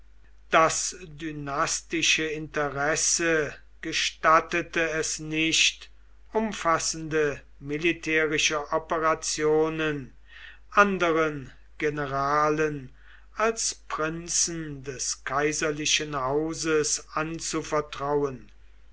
das dynastische interesse gestattete es nicht umfassende militärische operationen anderen generalen als prinzen des kaiserlichen hauses anzuvertrauen